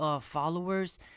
followers